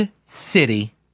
City